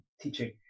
teaching